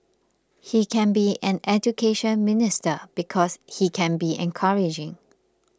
he can be an Education Minister because he can be encouraging